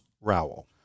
Rowell